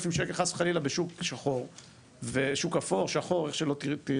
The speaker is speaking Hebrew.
זה שוק שלא קיים